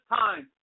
time